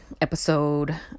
episode